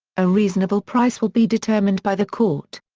a reasonable price will be determined by the court.